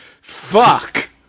Fuck